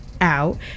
out